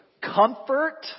Comfort